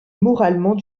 moralement